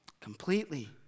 Completely